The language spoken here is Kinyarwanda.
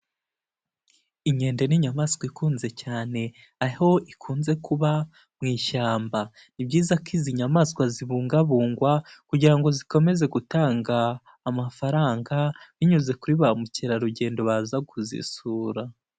Inkende ni inyamaswa ikunze cyane aho ikunze kuba mu ishyamba, ni ibyiza ko izi nyamaswa zibungabungwa kugira ngo zikomeze gutanga amafaranga binyuze kuri ba mukerarugendo baza kuzisura.